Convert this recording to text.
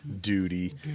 Duty